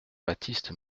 baptiste